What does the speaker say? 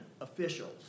officials